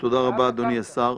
תודה רבה, אדוני השר.